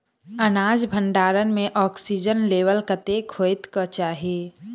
अनाज भण्डारण म ऑक्सीजन लेवल कतेक होइ कऽ चाहि?